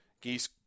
Geese-